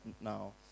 now